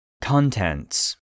Contents